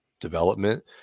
development